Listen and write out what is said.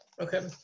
Okay